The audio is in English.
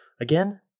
again